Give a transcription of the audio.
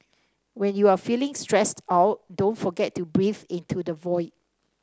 when you are feeling stressed out don't forget to breathe into the void